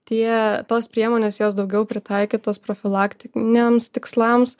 tie tos priemonės jos daugiau pritaikytos profilaktiniams tikslams